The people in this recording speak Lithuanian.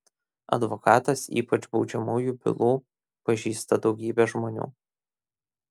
advokatas ypač baudžiamųjų bylų pažįsta daugybę žmonių